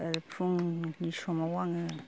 फुंनि समाव आङो